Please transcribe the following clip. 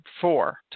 four